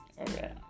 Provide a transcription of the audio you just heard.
Okay